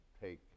take